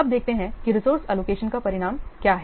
अब देखते हैं कि रिसोर्स एलोकेशन का परिणाम क्या है